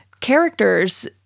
characters